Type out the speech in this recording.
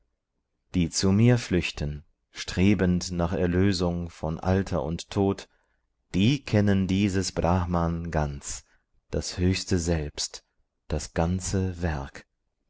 die zu mir flüchten strebend nach erlösung von alter und tod die kennen dieses brahman ganz das höchste selbst das ganze werk